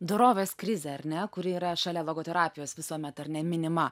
dorovės krizė ar ne kuri yra šalia logoterapijos visuomet ar ne minima